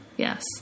Yes